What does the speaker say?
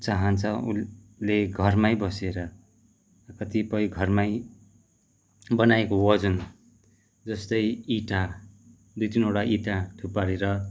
चाहन्छ उसले घरमै बसेर कतिपय घरमै बनाएको वजन जस्तै इँटा दुई तिनवटा इँटा थुपारेर